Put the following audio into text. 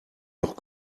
noch